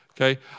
Okay